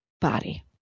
body